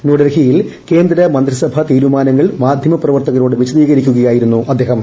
ന്യൂഡൽഹിയിൽ കേന്ദ്ര മന്ത്രിസഭാ തീരുമാനങ്ങൾ മാധൃമപ്രവർത്തകരോട് വിശദീകരിക്കുകയായിരുന്നു അദ്ദേഹം